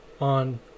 on